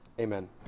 Amen